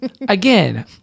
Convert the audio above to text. Again